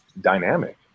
dynamic